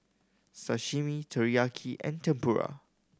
Sashimi Teriyaki and Tempura